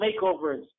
makeovers